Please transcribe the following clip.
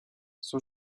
son